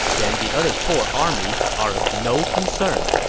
then the other four armies are of no concern.